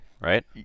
right